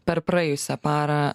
per praėjusią parą